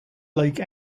lake